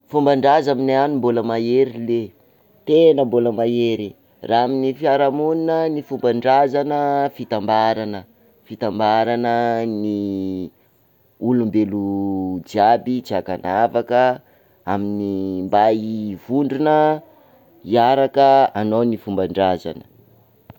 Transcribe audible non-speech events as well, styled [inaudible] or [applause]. Fomban-draza aminay any mbola mahery ley, tena mbola mahery, raha amin'ny fiarahamonina, ny fomban-drazana fitambarana, fitambarana ny [hesitation] olombelo jiaby tsy ankanavaka amin'ny- mba hivondrona, hiaraka hanao ny fomba-drazana.